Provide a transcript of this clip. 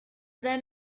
them